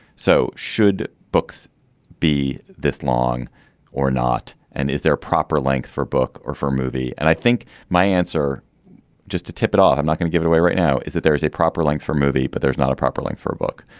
so should books be this long or not and is their proper length for book or for movie. and i think my answer just to tip it off. i'm not going to give it away right now is that there is a proper length for movie but there's not a proper link for a book.